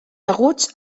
aguts